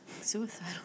Suicidal